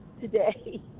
today